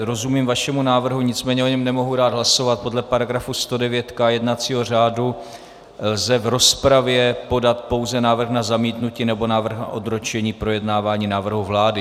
Rozumím vašemu návrhu, nicméně o něm nemohu dát hlasovat, podle § 109k jednacího řádu lze v rozpravě podat pouze návrh na zamítnutí nebo návrh na odročení projednávání návrhu vlády.